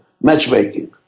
matchmaking